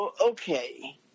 okay